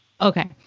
Okay